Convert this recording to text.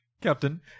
Captain